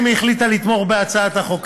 החליטה לתמוך בהצעת החוק.